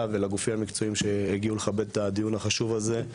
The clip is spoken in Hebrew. ולגופים המקצועיים שהגיעו לכבד את הדיון החשוב הזה,